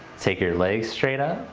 take your legs straight up,